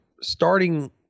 starting